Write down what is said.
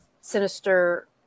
sinister